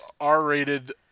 R-rated